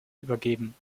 übergeben